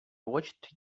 watched